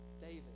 David